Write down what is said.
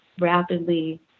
rapidly